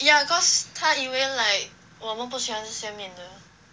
ya cause 他以为 like 我们不喜欢这些面的